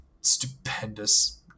stupendous